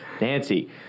Nancy